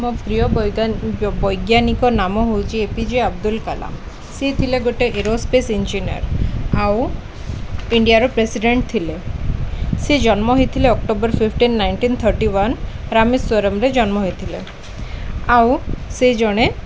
ମୋ ପ୍ରିୟ ବୈଜ୍ଞାନିକ ନାମ ହେଉଛି A P J Abdul Kalam ସିଏ ଥିଲେ ଗୋଟେ ଏରୋ ସ୍ପେସ୍ ଇଞ୍ଜିନିୟର ଆଉ ଇଣ୍ଡିଆର ପ୍ରେସିଡ଼େଣ୍ଟ ଥିଲେ ସେ ଜନ୍ମ ହେଇଥିଲେ October fifteen nineteen thirty one ରାମେଶ୍ୱରମରେ ଜନ୍ମ ହେଇଥିଲେ ଆଉ ସେ ଜଣେ